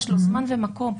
יש לו זמן ומקום.